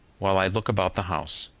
while i look about the house.